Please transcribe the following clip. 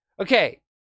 Okay